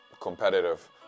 competitive